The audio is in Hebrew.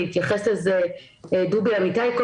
והתייחס לזה קודם לכן דובי אמיתי,